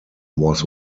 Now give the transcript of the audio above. was